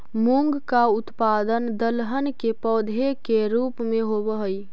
मूंग का उत्पादन दलहन के पौधे के रूप में होव हई